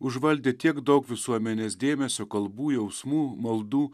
užvaldę tiek daug visuomenės dėmesio kalbų jausmų maldų